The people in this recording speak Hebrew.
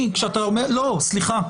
סליחה.